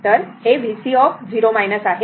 तर हे vc आहे